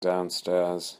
downstairs